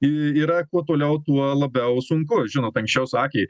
yra kuo toliau tuo labiau sunku žinot anksčiau sakė